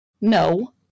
No